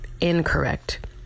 incorrect